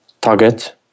target